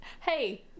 Hey